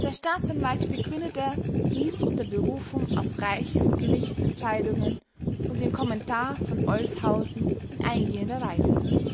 der staatsanwalt begründete dies unter berufung auf reichsgerichts entscheidungen und den kommentar von olshausen in eingehender weise